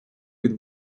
від